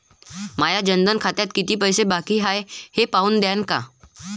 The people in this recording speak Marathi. माया जनधन खात्यात कितीक पैसे बाकी हाय हे पाहून द्यान का?